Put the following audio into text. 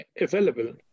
available